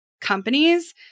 companies